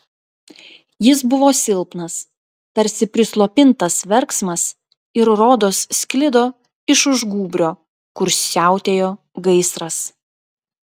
jis buvo silpnas tarsi prislopintas verksmas ir rodos sklido iš už gūbrio kur siautėjo gaisras